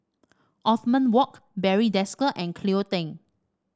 Othman Wok Barry Desker and Cleo Thang